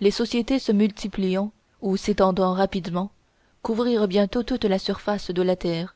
les sociétés se multipliant ou s'étendant rapidement couvrirent bientôt toute la surface de la terre